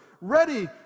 ready